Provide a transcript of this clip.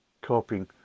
copying